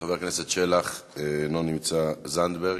חבר הכנסת שלח, אינו נמצא, זנדברג,